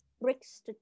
Bricks